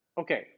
okay